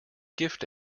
gift